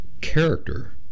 character